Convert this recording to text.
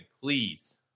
please